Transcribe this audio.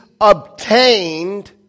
Obtained